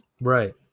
Right